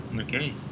okay